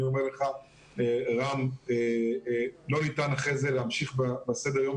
אני אומר לך רם שלא ניתן אחר כך להמשיך בסדר היום